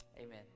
Amen